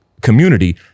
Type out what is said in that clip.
community